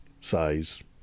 size